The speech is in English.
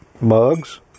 mugs